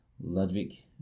Ludwig